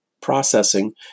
processing